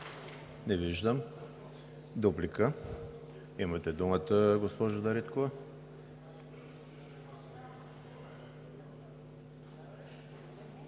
Не виждам. Дуплика – имате думата, госпожо Дариткова.